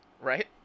Right